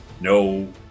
no